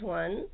one